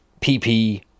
PP